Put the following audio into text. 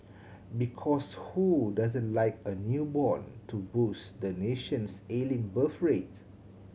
because who doesn't like a newborn to boost the nation's ailing birth rate